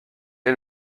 est